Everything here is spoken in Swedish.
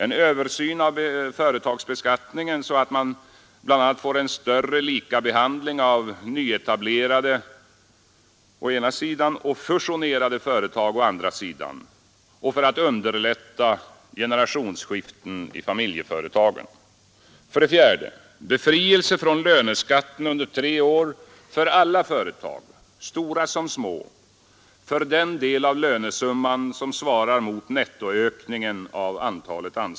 En översyn av företagsbeskattningen för att bl.a. åstadkomma mer av likabehandling av nyetablerade å ena sidan och fusionerade företag å andra sidan och för att underlätta generationsskiften i familjeföretagen.